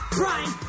brian